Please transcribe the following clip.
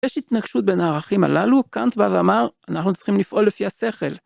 יש התנגשות בין הערכים הללו, קאנט בא ואמר, אנחנו צריכים לפעול לפי השכל.